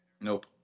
nope